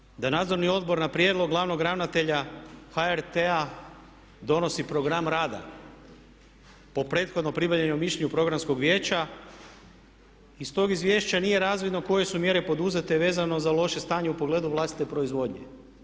Obzirom na to da nadzorni odbor na prijedlog glavnog ravnatelja HRT-a donosi program rada po prethodno pribavljenom mišljenju programskog vijeća iz tog izvješća nije razvidno koje su mjere poduzete vezano za loše stanje u pogledu vlastite proizvodnje.